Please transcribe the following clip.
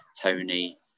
tony